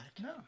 No